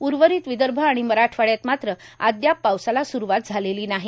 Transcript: उव रत वदभ आ ण मराठवा यात मा अ याप पावसाला सु वात झालेल नाह